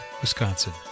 Wisconsin